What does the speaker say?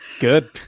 Good